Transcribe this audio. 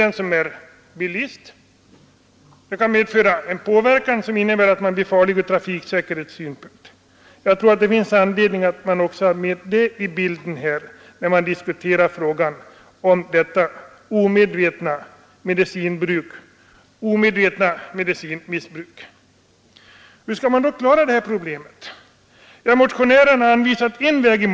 En bilist kan påverkas av medicinen så att han blir farlig från trafiksäkerhetssynpunkt. Jag tror att det finns anledning att också ha med det i bilden när man diskuterar frågan om omedvetet medicinmissbruk. Hur skall man då lösa problemet? Motionärerna har anvisat en väg.